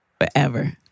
Forever